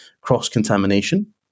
cross-contamination